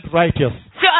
righteous